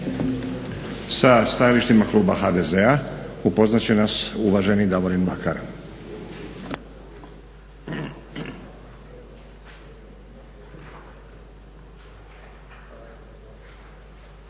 Sa stajalištima kluba HDZ-a upoznat će nas uvaženi Davorin Mlakar.